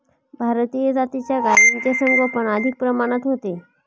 भारतीय जातीच्या गायींचे संगोपन अधिक प्रमाणात होते